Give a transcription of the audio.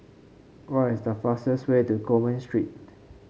what is the fastest way to Coleman Street